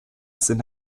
sind